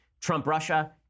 Trump-Russia